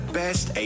best